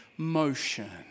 Motion